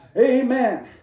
amen